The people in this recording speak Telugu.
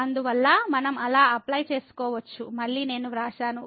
అందువల్ల మనం అలా అప్లై చేసుకోవచ్చు మళ్ళీ నేను వ్రాశాను